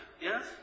Yes